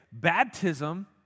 Baptism